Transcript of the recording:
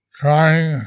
crying